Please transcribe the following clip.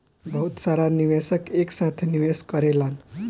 बहुत सारा निवेशक एक साथे निवेश करेलन